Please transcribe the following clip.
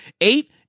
Eight